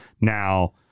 Now